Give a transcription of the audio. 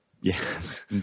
Yes